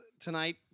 Tonight